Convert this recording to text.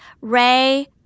Ray